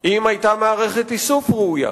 אם היתה מערכת איסוף ראויה.